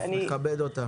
נכבד אותה.